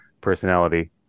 personality